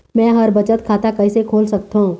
मै ह बचत खाता कइसे खोल सकथों?